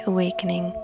Awakening